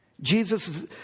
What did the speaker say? Jesus